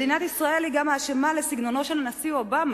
מדינת ישראל היא גם האשמה בסגנונו של הנשיא אובמה,